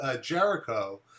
Jericho